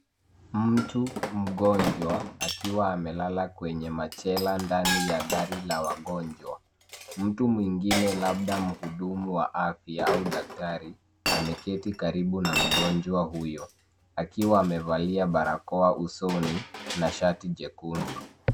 Mtu mgonjwa akiwa amelala kwenye machela ndani ya gari la wagonjwa. Mtu mwingine labda mhudumu wa afya au daktari ameketi karibu na mgonjwa huyo akiwa amevalia barakoa usoni na shati jekundu.